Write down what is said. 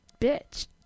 bitch